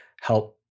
help